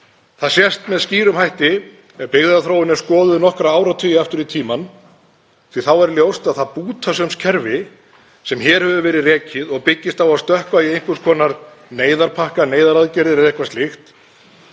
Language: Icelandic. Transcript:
Það sést með skýrum hætti ef byggðaþróun er skoðuð nokkra áratugi aftur í tímann og það bútasaumskerfi sem hér hefur verið rekið og byggist á að stökkva í einhvers konar neyðarpakka, neyðaraðgerðir eða eitthvað slíkt,